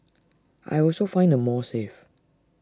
I also find the mall safe